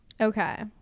okay